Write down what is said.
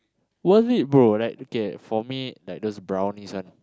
worth it bro like okay for me like those brownies one